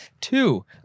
Two